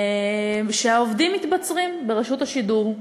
שהעובדים מתבצרים ברשות השידור.